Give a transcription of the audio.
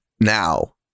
now